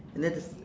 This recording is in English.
and then there's